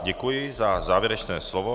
Děkuji za závěrečné slovo.